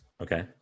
Okay